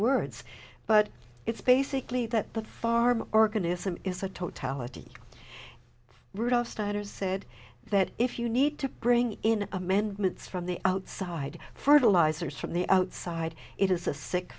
words but it's basically that the farm organism is a totality rudolph steiner said that if you need to bring in amendments from the outside fertilizers from the outside it is a sick